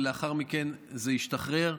ולאחר מכן זה ישתחרר.